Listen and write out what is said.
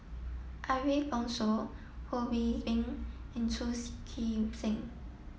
Ariff Bongso Ho See Beng and Chu Chee Seng